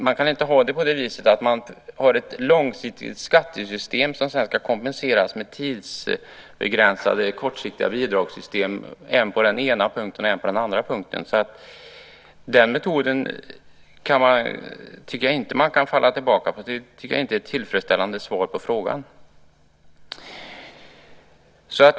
Man kan inte ha ett långsiktigt skattesystem som sedan ska kompenseras med tidsbegränsade kortsiktiga bidragssystem på än den ena, än den andra punkten. Den metoden tycker jag inte att man kan falla på. Jag tycker inte att det är ett tillfredsställande svar på frågan.